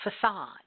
facade